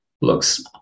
looks